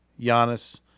Giannis